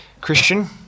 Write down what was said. Christian